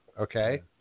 Okay